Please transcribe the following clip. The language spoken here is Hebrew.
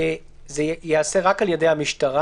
זה ייעשה רק על ידי המשטרה.